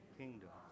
kingdom